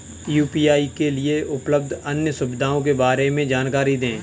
UPI के लिए उपलब्ध अन्य सुविधाओं के बारे में जानकारी दें?